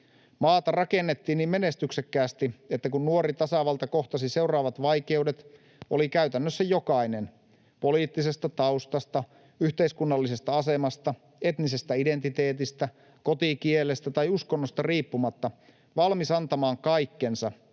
Maata rakennettiin niin menestyksekkäästi, että kun nuori tasavalta kohtasi seuraavat vaikeudet, oli käytännössä jokainen poliittisesta taustasta, yhteiskunnallisesta asemasta, etnisestä identiteetistä, kotikielestä tai uskonnosta riippumatta valmis antamaan kaikkensa,